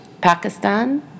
Pakistan